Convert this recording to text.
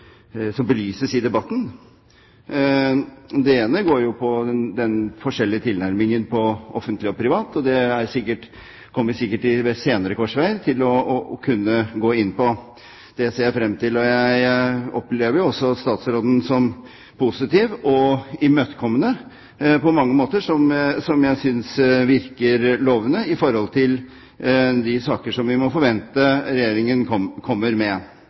som belyses i debatten. Det ene går på forskjellig tilnærming når det gjelder offentlig og privat, og det kommer vi sikkert til å kunne gå inn på ved senere korsveier. Det ser jeg frem til. Jeg opplever også statsråden som positiv og imøtekommende på mange måter, som jeg synes virker lovende for de saker som vi må forvente Regjeringen kommer med.